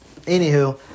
Anywho